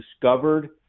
discovered